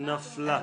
3 נגד,